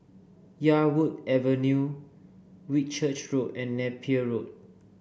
Yarwood Avenue Whitchurch Road and Napier Road